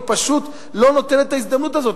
היא פשוט לא נותנת את ההזדמנות הזאת.